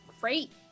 great